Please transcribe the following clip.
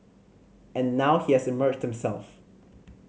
and now he has emerged himself